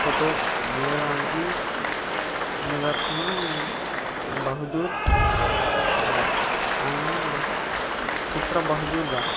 photo గీయడానికి నిదర్శనం బహుదూర్ గారు ఆయన చిత్ర బహుదూర్ గారు